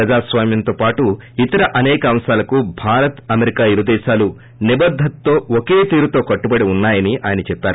ప్రజాస్వామ్నంతో పాటు ఇతర అనేక అంశాలకు భారత్ అమెరికా ఇరు దేశాలూ నిబద్గతో ఒకే తీరుతో కట్టుబడి ఉన్నాయని ఆయన చెప్పారు